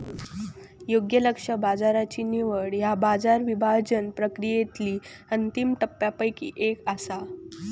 योग्य लक्ष्य बाजाराची निवड ह्या बाजार विभाजन प्रक्रियेतली अंतिम टप्प्यांपैकी एक असा